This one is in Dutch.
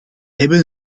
hebben